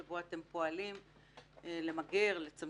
יש לי כאן מולי פנייה אליכם מה-25 למאי 2021, של